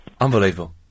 Unbelievable